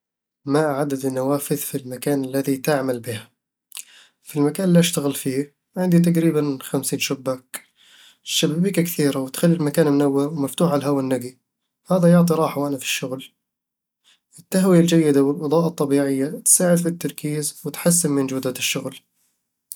ما عدد النوافذ في المكان الذي تعمل به؟ في المكان اللي أشتغل فيه، عندي تقريبًا خمسين شباك الشبابيك كثيرة وتخلي المكان منور ومفتوح على الهواء النقي، وهذا بيعطي راحة وانا في الشغل. التهوية الجيدة والإضاءة الطبيعية تساعد في التركيز وتحسن من جودة الشغل